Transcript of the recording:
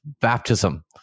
baptism